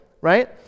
right